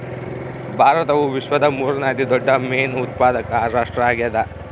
ಭಾರತವು ವಿಶ್ವದ ಮೂರನೇ ಅತಿ ದೊಡ್ಡ ಮೇನು ಉತ್ಪಾದಕ ರಾಷ್ಟ್ರ ಆಗ್ಯದ